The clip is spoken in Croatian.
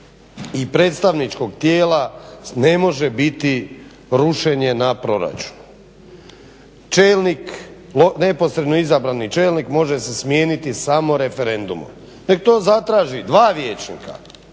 i predstavničkog tijela ne može biti rušenje na proračunu. Neposredno izabrani čelnik može se smijeniti samo referendumom. Nek to zatraže dva vijećnika,